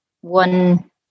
one